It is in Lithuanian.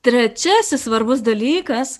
trečiasis svarbus dalykas